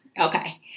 Okay